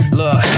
look